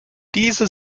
diese